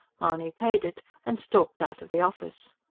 mahony paid it, and stalked out of the office.